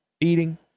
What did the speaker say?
eating